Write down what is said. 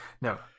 no